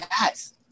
guys